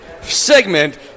segment